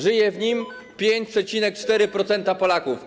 Żyje w nim 5,4% Polaków.